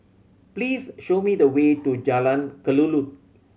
please show me the way to Jalan Kelulut